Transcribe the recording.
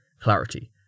Clarity